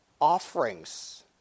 offerings